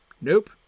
nope